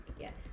yes